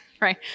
right